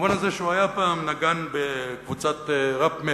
במובן הזה שהוא היה פעם נגן בקבוצת ראפ-מטאל,